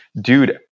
dude